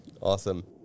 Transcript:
Awesome